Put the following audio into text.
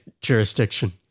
jurisdiction